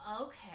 Okay